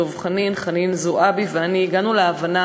דב חנין וחנין זועבי ואני הגענו להבנה